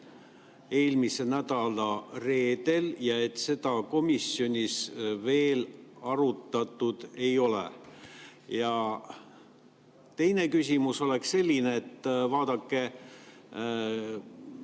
eelmise nädala reedel ja et seda komisjonis veel arutatud ei ole? Ja teine küsimus oleks selline. Vaadake,